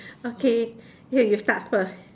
okay ya you start first